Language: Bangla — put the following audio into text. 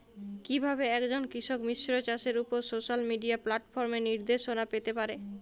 কিভাবে একজন কৃষক মিশ্র চাষের উপর সোশ্যাল মিডিয়া প্ল্যাটফর্মে নির্দেশনা পেতে পারে?